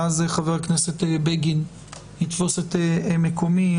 ואז חבר הכנסת בגין יתפוס את מקומי.